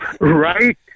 Right